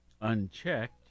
Unchecked